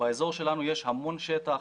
באזור שלנו יש המון שטח,